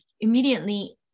immediately